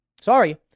Sorry